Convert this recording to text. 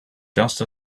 just